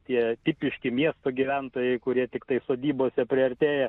tie tipiški miesto gyventojai kurie tiktai sodybose priartėja